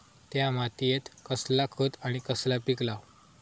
त्या मात्येत कसला खत आणि कसला पीक लाव?